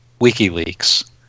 WikiLeaks